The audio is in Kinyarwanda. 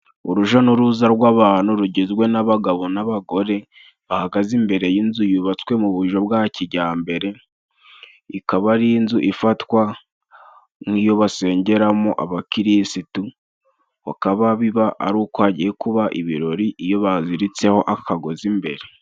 Uruja n'uruza rw'abantu rugizwe n'abagabo n'abagore, bahagaze imbere y'inzu yubatswe mu bujo bwa kijyambere, ikaba ari inzu ifatwa nk'iyo basengeramo abakirisitu, bukaba biba ari uko hagiye kuba ibirori iyo baziritseho akagozi imbere.